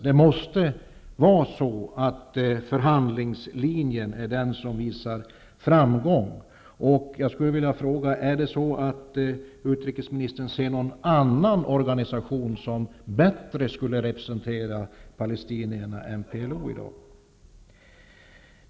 Det måste vara förhandlingsvägen som kan leda till framgång. Jag vill fråga: Ser utrikesministern någon organisation som bättre än PLO skulle representera palestinierna i dag?